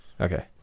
Okay